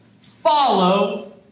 follow